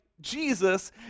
Jesus